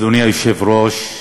אדוני היושב-ראש,